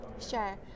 Sure